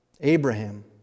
Abraham